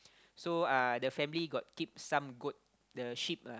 so uh the family got keep some goat the sheep ah